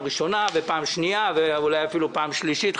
לבחירות פעם ראשונה ופעם שנייה ואולי אפילו פעם שלישית,